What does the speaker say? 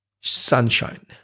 sunshine